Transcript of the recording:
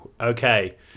okay